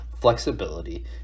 flexibility